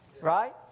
Right